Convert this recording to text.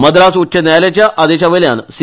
मद्रास उच्च न्यायालयाच्या आदेशावेल्यान सि